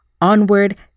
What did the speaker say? onward